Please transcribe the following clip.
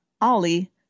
Ollie